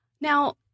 Now